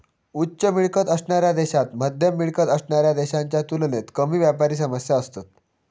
उच्च मिळकत असणाऱ्या देशांत मध्यम मिळकत असणाऱ्या देशांच्या तुलनेत कमी व्यापारी समस्या असतत